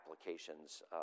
applications